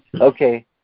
Okay